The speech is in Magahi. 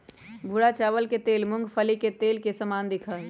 भूरा चावल के तेल मूंगफली के तेल के समान दिखा हई